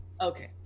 Okay